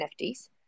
NFTs